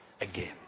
again